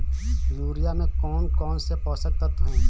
Urea में कौन कौन से पोषक तत्व है?